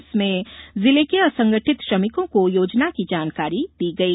इसमें जिले के असंगठित श्रमिकों को योजना की जानकारी दी गई